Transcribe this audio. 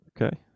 Okay